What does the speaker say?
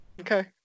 Okay